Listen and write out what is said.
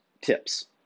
tips